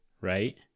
right